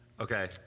okay